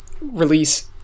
release